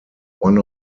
one